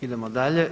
Idemo dalje.